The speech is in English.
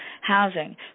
Housing